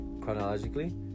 chronologically